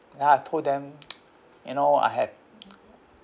then I told them you know I had